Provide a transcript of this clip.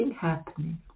happening